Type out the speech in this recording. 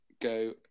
go